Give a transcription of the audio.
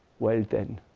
well then,